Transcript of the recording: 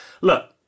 Look